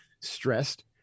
stressed